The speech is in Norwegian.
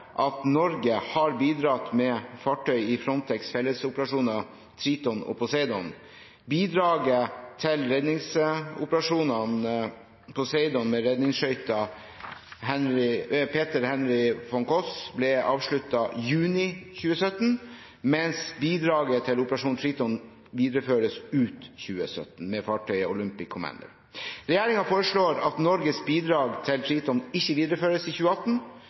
at Norge har bidratt med fartøy i Frontex’ fellesoperasjoner Triton og Poseidon. Bidraget til redningsoperasjonen Poseidon, med redningsskøyta «Peter Henry von Koss», ble avsluttet i juni 2017, mens bidraget til operasjon Triton videreføres ut 2017, med fartøyet «Olympic Commander». Regjeringen foreslår at Norges bidrag til Triton ikke videreføres i 2018.